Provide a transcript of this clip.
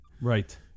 Right